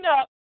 up